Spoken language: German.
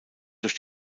durch